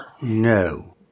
No